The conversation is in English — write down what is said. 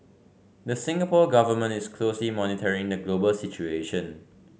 the Singapore Government is closely monitoring the global situation